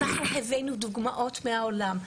הבאנו דוגמאות מהעולם,